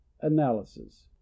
analysis